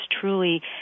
truly